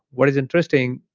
what is interesting,